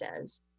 says